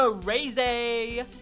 crazy